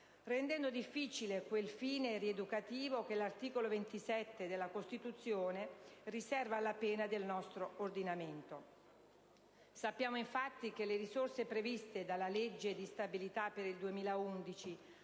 rendendo difficile quel fine rieducativo che l'articolo 27 della Costituzione riserva alla pena nel nostro ordinamento. Sappiamo, infatti, che le risorse previste dalla legge di stabilità per il 2011